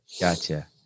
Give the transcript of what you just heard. gotcha